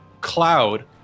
cloud